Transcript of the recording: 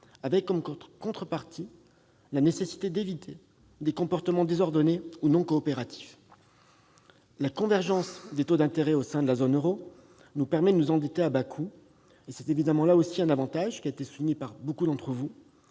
avec comme contrepartie la nécessité d'éviter des comportements désordonnés ou non coopératifs. La convergence des taux d'intérêt au sein de la zone euro nous permet de nous endetter à bas coût. C'est évidemment un autre avantage souligné par beaucoup d'entre vous.